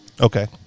Okay